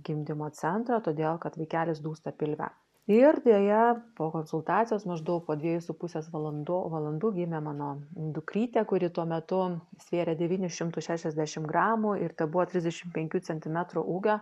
gimdymo centrą todėl kad vaikelis dūsta pilve ir deja po konsultacijos maždaug po dviejų su pusės valando valandų gimė mano dukrytė kuri tuo metu svėrė devynis šimtus šešiasdešim gramų ir tebuvo trisdešim penkių centimetrų ūgio